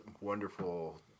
wonderful